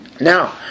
Now